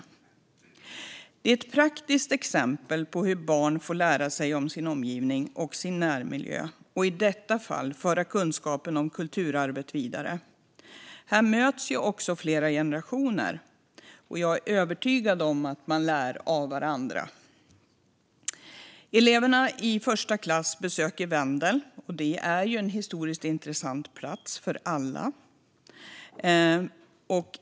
Detta är ett praktiskt exempel på hur barn får lära sig om sin omgivning och sin närmiljö och i detta fall föra kunskapen om kulturarvet vidare. Här möts också flera generationer, och jag är övertygad om att man lär av varandra. Eleverna i första klass besöker Vendel, som är en historiskt intressant plats för alla.